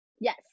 Yes